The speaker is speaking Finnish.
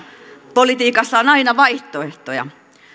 politiikassa on aina vaihtoehtoja